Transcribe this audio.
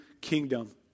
kingdom